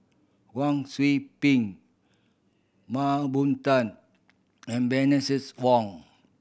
Wang Sui Pick Mah Bow Tan and Bernices Wong